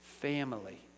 family